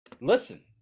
listen